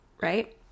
right